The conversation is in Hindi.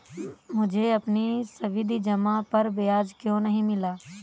मुझे अपनी सावधि जमा पर ब्याज क्यो नहीं मिला?